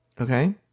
Okay